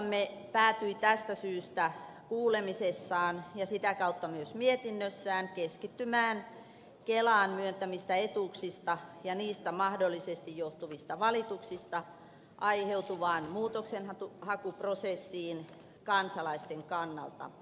valiokuntamme päätyi tästä syystä kuulemisessaan ja sitä kautta myös mietinnössään keskittymään kelan myöntämistä etuuksista ja niistä mahdollisesti johtuvista valituksista aiheutuvaan muutoksenhakuprosessiin kansalaisten kannalta